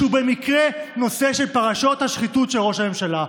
שהוא במקרה נושא פרשות השחיתות של ראש הממשלה.